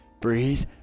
Breathe